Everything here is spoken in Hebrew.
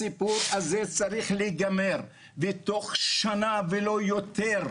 הסיפור הזה צריך להגמר בתוך שנה ולא יותר,